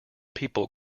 people